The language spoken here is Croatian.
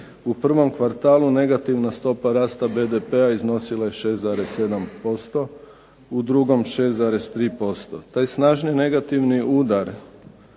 U prvom kvartalu negativna stopa rasta BDP-a iznosila je 6,7%, u drugom 6,3%. Taj snažni negativni udar